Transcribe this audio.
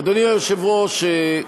אדוני היושב-ראש,